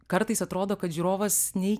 kartais atrodo kad žiūrovas nei